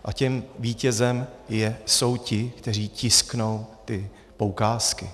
A tím vítězem jsou ti, kteří tisknou ty poukázky.